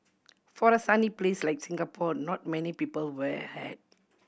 for a sunny place like Singapore not many people wear a hat